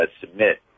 submit